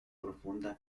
profunda